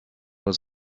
nur